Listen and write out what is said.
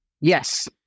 Yes